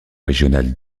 régionales